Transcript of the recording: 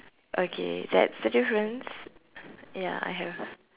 okay that's the difference ya I have